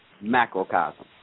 macrocosm